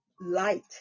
light